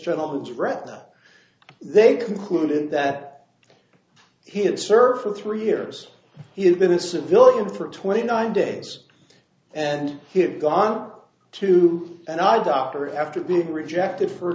gentleman's retina they concluded that he had served for three years he had been incivility for twenty nine days and him gone to an eye doctor after being rejected for a